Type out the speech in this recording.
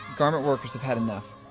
garment workers have had enough.